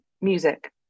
Music